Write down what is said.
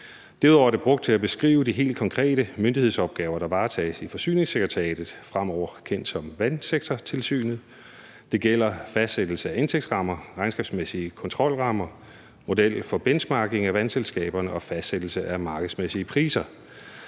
er det brugt til at beskrive de helt konkrete myndighedsopgaver, der varetages i Forsyningssekretariatet, fremover kendt som Vandsektortilsynet. Det gælder fastsættelse af indtægtsrammer og regnskabsmæssige kontrolrammer, modeller for benchmarking af vandselskaberne og fastsættelse af markedsmæssige priser.